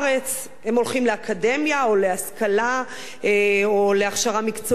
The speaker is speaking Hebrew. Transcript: הם הולכים לאקדמיה או להשכלה או להכשרה מקצועית אחרת.